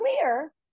clear